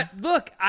Look